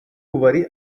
worry